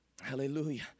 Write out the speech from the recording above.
Hallelujah